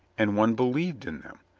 and one believed in them.